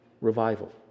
revival